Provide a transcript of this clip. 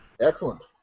Excellent